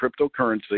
cryptocurrency